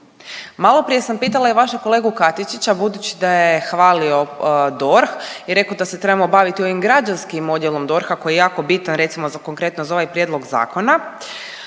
Maloprije sam pitala i vašeg kolegu Katičića budući da je hvalio DORH i rekao da se trebamo baviti ovim građanskim odjelom DORH-a koji je jako bitan recimo za konkretno za ovaj prijedlog zakona,